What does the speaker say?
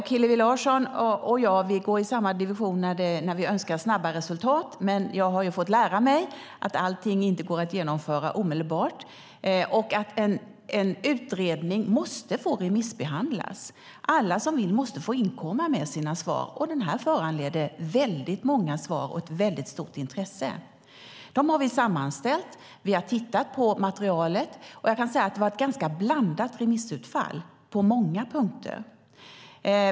Hillevi Larsson och jag är i samma division när vi önskar snabba resultat, men jag har fått lära mig att allting inte går att genomföra omedelbart. En utredning måste få remissbehandlas, och alla som vill måste få inkomma med sina svar. Denna utredning föranledde väldigt många svar och ett väldigt stort intresse. Vi har sammanställt remissvaren, och vi har tittat på materialet. Jag kan säga att det var ett ganska blandat remissutfall på många punkter.